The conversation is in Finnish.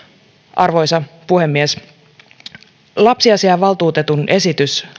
arvoisa puhemies lapsiasiainvaltuutetun esitys